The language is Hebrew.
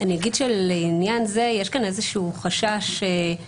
אני אגיד שלעניין זה יש כאן איזה שהוא חשש על